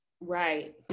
Right